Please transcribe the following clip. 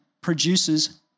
produces